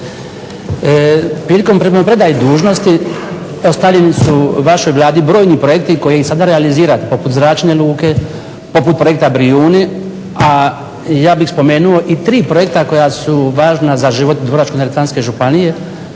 Prilikom primopredaje dužnosti ostavljeni su vašoj Vladi brojni projekti koji … /Govornik se ne razumije./… poput zračne luke, poput projekta Brijuni, a ja bih spomenuo i 3 projekta koja su važna za život Dubrovačko-neretvanske županije